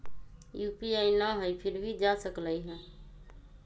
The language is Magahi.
यू.पी.आई न हई फिर भी जा सकलई ह?